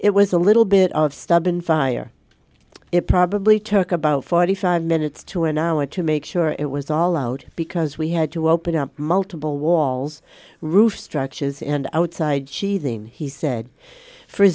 it was a little bit of stubborn fire it probably took about forty five minutes to an hour to make sure it was all out because we had to open up multiple walls roof structures and outside sheathing he said fr